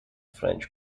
french